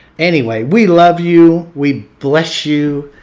anyway we love you, we bless you,